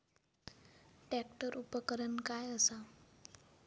Tractor उपकरण काय असा?